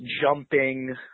jumping